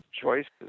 choices